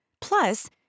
Plus